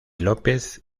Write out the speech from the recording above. lópez